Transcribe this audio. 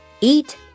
eat